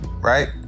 Right